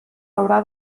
haurà